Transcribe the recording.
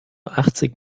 achtzig